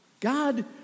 God